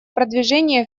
продвижения